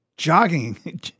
Jogging